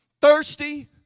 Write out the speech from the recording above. Thirsty